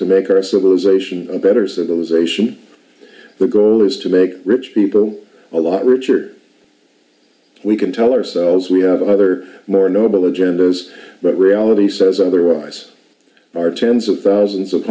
to make our civilization a better so those ration the goal is to make rich people a lot richer we can tell ourselves we have other more noble genders but reality says otherwise are tens of thousands of